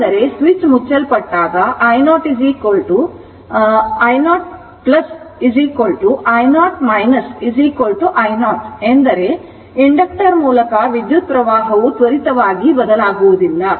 ಅಂದರೆ ಸ್ವಿಚ್ ಮುಚ್ಚಲ್ಪಟ್ಟಾಗ i0 i0 i0 ಏಕೆಂದರೆ ಇಂಡಕ್ಟರ್ ಮೂಲಕ ವಿದ್ಯುತ್ಪ್ರವಾಹವು ತ್ವರಿತವಾಗಿ ಬದಲಾಗುವುದಿಲ್ಲ